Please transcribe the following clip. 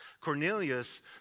Cornelius